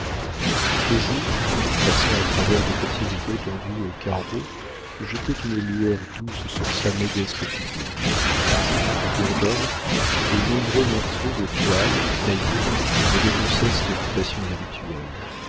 le jour passant à travers de petits rideaux tendus aux carreaux jetait une lueur douce sur sa modeste figure autour d'elle de nombreux morceaux de toile taillés me dénoncèrent ses occupations habituelles